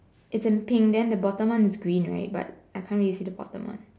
it's in pink then the bottom one is green right but I can't really see the bottom one